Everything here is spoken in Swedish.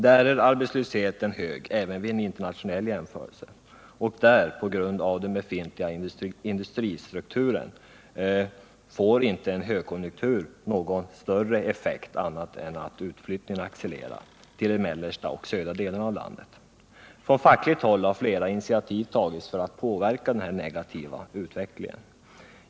Där är arbetslösheten hög även vid en internationell jämförelse och där får, på grund 165 av den befintliga industristrukturen, en högkonjunktur inte någon större effekt annat än att utflyttningen till de mellersta och södra delarna av landet accelererar. Från fackligt håll har flera initiativ tagits för att påverka denna negativa utveckling.